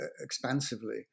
expansively